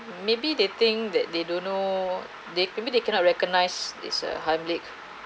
maybe they think that they don't know they maybe they cannot recognize this uh heimlich